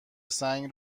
سنگ